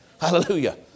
Hallelujah